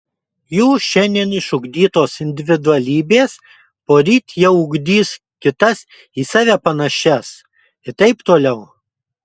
jų šiandien išugdytos individualybės poryt jau ugdys kitas į save panašias ir taip toliau